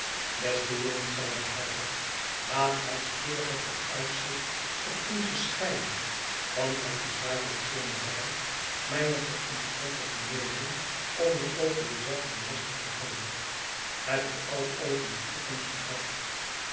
beste jongen zeide herbert laat het spoedige vooruitzicht op onze scheiding want het is waarlijk zeer nabij mijne verontschuldiging wezen om je over je zelven lastig te vallen hebje al over je toekomst gedacht